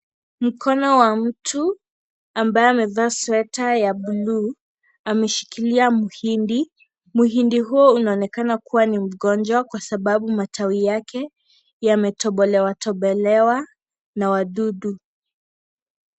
Mkono wa mtu ambaye amevaa sweta ya bluu, ameshikilia mhindi, mhindi huo unaonekana kuwa ni mgonjwa kwa sababu matawi yake yametobolewa, tobolewa na wadudu.